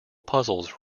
puzzles